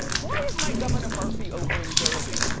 why is my governor murphy over in jersey,